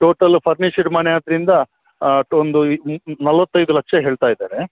total furnished ಮನೆ ಆದ್ದರಿಂದ ಒಂದು ನಲವತ್ತೈದು ಲಕ್ಷ ಹೇಳ್ತಾ ಇದ್ದಾರೆ